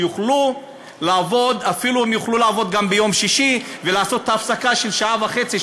שהם יוכלו לעבוד אפילו ביום שישי ולעשות הפסקה של שעה וחצי,